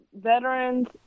veterans